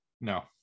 No